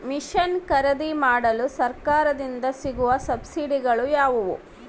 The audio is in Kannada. ಮಿಷನ್ ಖರೇದಿಮಾಡಲು ಸರಕಾರದಿಂದ ಸಿಗುವ ಸಬ್ಸಿಡಿಗಳು ಯಾವುವು?